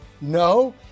No